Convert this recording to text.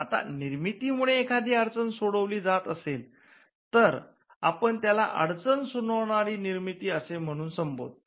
आता निर्मिती क्षमतेमुळे एखादी अडचण सोडवली जात असेल तर आपण त्याला अडचण सोडवणारी निर्मिती असे म्हणून संबोधतो